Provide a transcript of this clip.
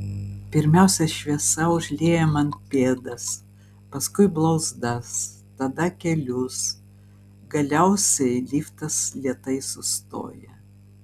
pirmiausia šviesa užlieja man pėdas paskui blauzdas tada kelius galiausiai liftas lėtai sustoja